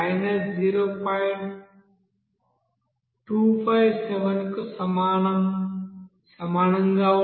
కు సమానంగా ఉంటుంది